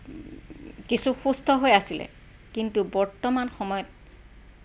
কিছু সুস্থ হৈ আছিলে কিন্তু বৰ্তমান সময়ত